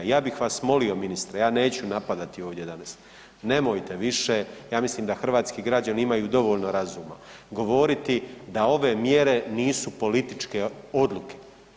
Ja bih vas molio ministre, ja neću napadati ovdje danas, nemojte više ja mislim da hrvatski građani imaju dovoljno razuma govoriti da ove mjere nisu političke odluke.